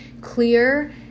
clear